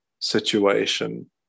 situation